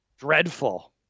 dreadful